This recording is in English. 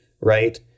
right